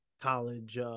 college